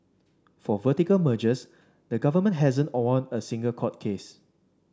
for vertical mergers the government hasn't won a single court case